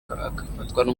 akarwara